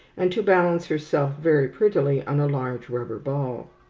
and to balance herself very prettily on a large rubber ball.